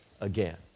again